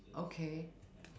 okay